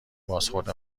بازخورد